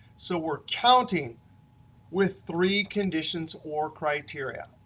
so we're counting with three conditions or criteria.